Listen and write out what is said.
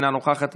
אינה נוכחת,